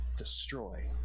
Destroy